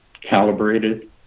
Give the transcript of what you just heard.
calibrated